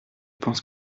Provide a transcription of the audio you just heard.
pense